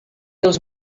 dels